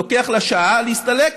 לוקח לה שעה להסתלק.